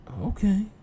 Okay